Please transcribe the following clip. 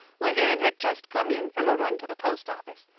when anne had just come in from a run to the post office.